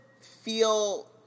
feel